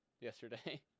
yesterday